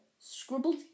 scribbled